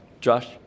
Josh